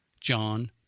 John